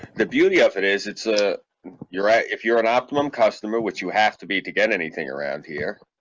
the beauty of it is it's a you're right if you're an optimum customer which you have to be to get anything around here.